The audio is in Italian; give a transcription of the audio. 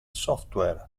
software